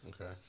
Okay